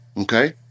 Okay